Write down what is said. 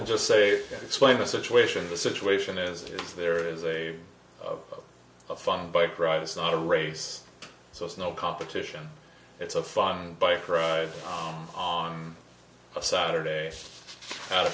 and just say explain the situation the situation as if there is a of a fun bike ride is not a race so it's no competition it's a fun bike ride on a saturday at a